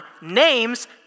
names